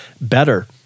better